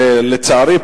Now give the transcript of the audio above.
לצערי,